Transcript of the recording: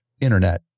internet